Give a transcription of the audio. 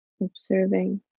Observing